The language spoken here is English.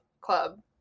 Club